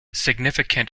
significant